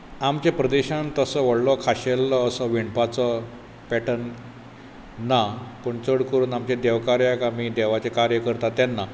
आमचे प्रदेशांत तसो व्हडलो खाशेलो असो विणपाचो पेटर्न ना पूण चड करून आमचे देवकार्याक आमी देवाचें कार्य करतात तेन्ना